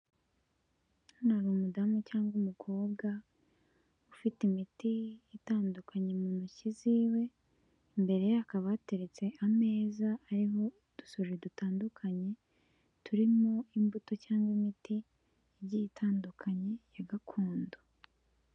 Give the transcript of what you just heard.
Hano hari umudamu cyangwa umukobwa, ufite imiti itandukanye mu ntoki ziwe, imbere ye hakaba hateretse ameza ariho udusorori dutandukanye turimo imbuto cyangwa imiti igiye itandukanye ya gakondo.